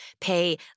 pay